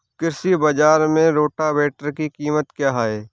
कृषि बाजार में रोटावेटर की कीमत क्या है?